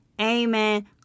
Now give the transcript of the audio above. Amen